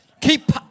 keep